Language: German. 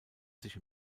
sich